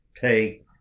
take